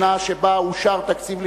שנה שבה אושר תקציב לשנתיים,